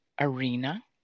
arena